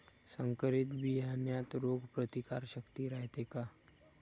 संकरित बियान्यात रोग प्रतिकारशक्ती रायते का?